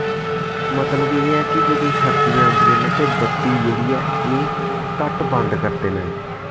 मतलब एह् ऐ कि जदूं सर्दी आंदियां न ते बत्ती जेह्ड़ी ऐ एह् घट्ट बंद करदे न